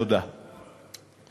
רצוני לשאול: